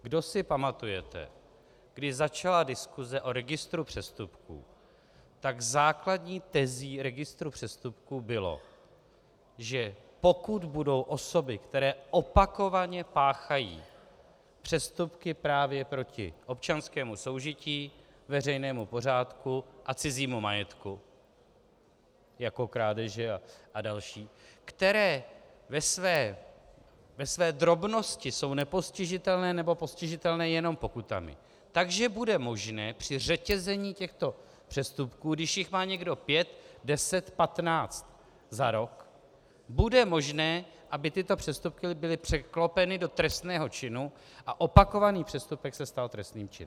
Kdo si pamatujete, když začala diskuse o registru přestupků, tak základní tezí registru přestupků bylo, že pokud budou osoby, které opakovaně páchají přestupky právě proti občanskému soužití, veřejnému pořádku a cizímu majetku, jako krádeže a další, které ve své drobnosti jsou nepostižitelné nebo postižitelné jen pokutami, tak že bude možné při řetězení těchto přestupků, když jich má někdo pět, deset, patnáct za rok, bude možné, aby tyto přestupky byly překlopeny do trestného činu a opakovaný přestupek se stal trestným činem.